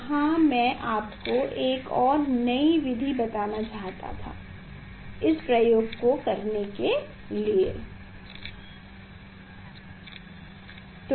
यहाँ मैं आपको एक और नई विधि बताने चाहता था इस प्रयोग को करने के लिए है